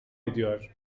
ediyor